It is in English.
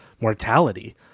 mortality